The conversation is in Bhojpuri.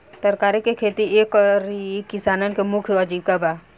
तरकारी के खेती ए घरी किसानन के मुख्य आजीविका बा